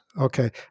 Okay